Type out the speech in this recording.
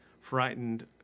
frightened